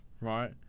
right